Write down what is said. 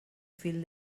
fil